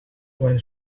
when